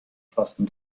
fassen